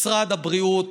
משרד הבריאות